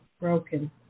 broken